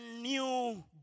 new